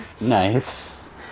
Nice